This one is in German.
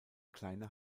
kleine